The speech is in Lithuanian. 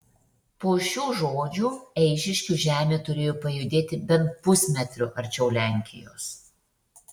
po šių žodžių eišiškių žemė turėjo pajudėti bent pusmetriu arčiau lenkijos